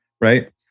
right